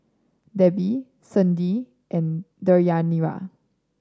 Debbi Sydnee and Deyanira